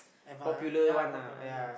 advance ya yes